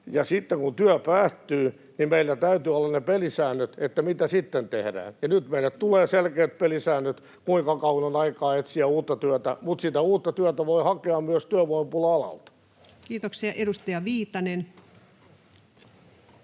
sitten kun työ päättyy, meillä täytyy olla ne pelisäännöt siitä, mitä sitten tehdään. Nyt meille tulee selkeät pelisäännöt, kuinka kauan on aikaa etsiä uutta työtä, mutta sitä uutta työtä voi hakea myös työvoimapula-alalta. [Speech 54] Speaker: